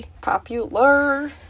Popular